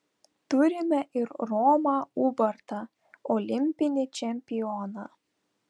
turime ir romą ubartą olimpinį čempioną